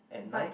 at night